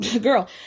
girl